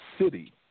city